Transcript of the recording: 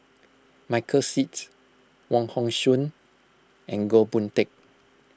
Michael Seet Wong Hong Suen and Goh Boon Teck